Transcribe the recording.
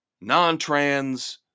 non-trans